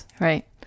right